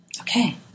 Okay